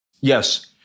Yes